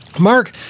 Mark